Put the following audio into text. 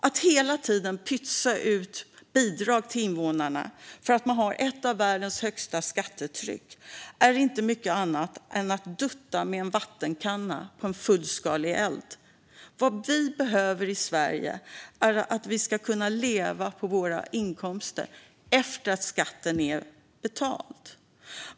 Att hela tiden pytsa ut bidrag till invånarna för att vi har ett av världens högsta skattetryck är inte mycket annat än som att dutta med en vattenkanna på en fullskalig eld. Vad vi behöver i Sverige är att vi ska kunna leva på våra inkomster efter att skatten är betald.